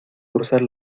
cruzar